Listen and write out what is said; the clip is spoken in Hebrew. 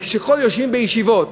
וכשיושבים בישיבות,